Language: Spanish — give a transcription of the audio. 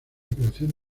creación